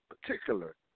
particular